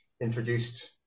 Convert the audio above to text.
introduced